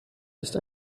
ist